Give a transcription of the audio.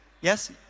Yes